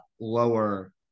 lower